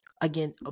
Again